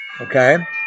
Okay